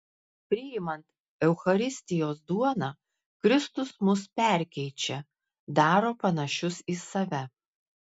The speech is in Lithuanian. priimant eucharistijos duoną kristus mus perkeičia daro panašius į save